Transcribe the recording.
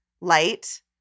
light